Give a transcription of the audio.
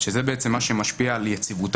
שזה מה שמשפיע על יציבותה,